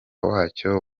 wacyo